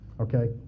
okay